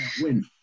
win